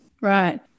Right